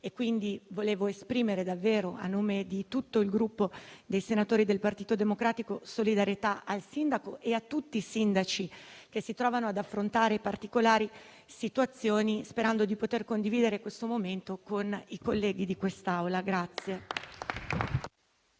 quindi davvero esprimere, a nome di tutto il Gruppo dei senatori del Partito Democratico, solidarietà al sindaco di Pesaro e a tutti i sindaci che si trovano ad affrontare particolari situazioni, sperando di poter condividere questo momento con tutti i colleghi dell'Assemblea.